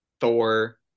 Thor